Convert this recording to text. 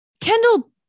Kendall